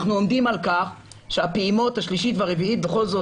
אנחנו עומדים על כך שהפעימה השלישית והפעימה הרביעית בכל זאת,